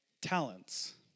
talents